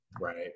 Right